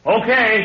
Okay